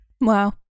Wow